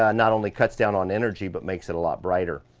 ah not only cuts down on energy, but makes it a lot brighter.